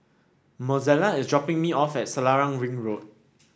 Mozella is dropping me off at Selarang Ring Road